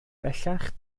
bellach